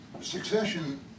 Succession